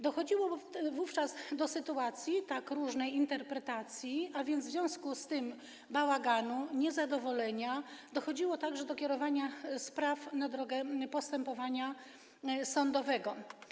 Dochodziło wówczas do tak różnej interpretacji, a w związku z tym do bałaganu, niezadowolenia, dochodziło także do kierowania spraw na drogę postępowania sądowego.